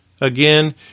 Again